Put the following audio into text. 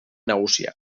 nagusia